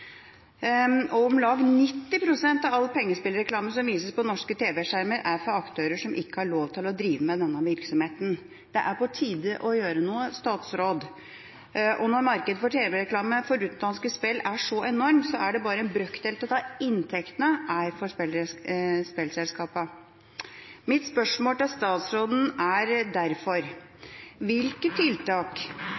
og om lag 90 pst. av all pengespillreklame som vises på norske tv-skjermer, er fra aktører som ikke har lov til å drive med denne virksomheten. Det er på tide å gjøre noe, statsråd. Når markedet for tv-reklame for utenlandske spill er så enormt, er det bare en brøkdel av det inntektene er for spillselskapene. Mitt spørsmål til statsråden er derfor: